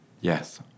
Yes